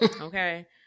Okay